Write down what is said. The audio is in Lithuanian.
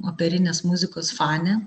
operinės muzikos fanė